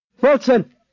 Wilson